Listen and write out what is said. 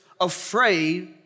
afraid